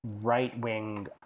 right-wing